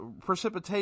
precipitation